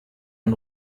ein